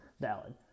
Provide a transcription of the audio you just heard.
valid